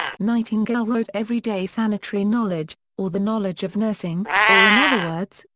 nightingale wrote every day sanitary knowledge, or the knowledge of nursing, or in other words,